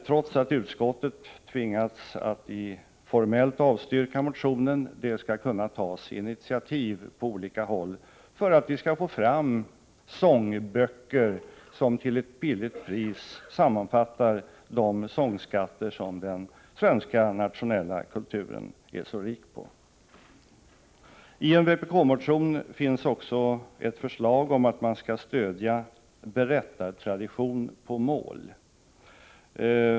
Trots att utskottet tvingats att formellt avstyrka motionen hoppas jag att det skall kunna tas initiativ på olika håll för att vi skall få fram sångböcker som till ett lågt pris sammanfattar de sångskatter som den svenska nationella kulturen är så rik på. I en vpk-motion finns också ett förslag om att man skall stödja berättartraditionen på mål.